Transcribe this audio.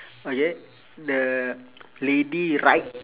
okay the lady right